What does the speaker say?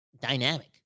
dynamic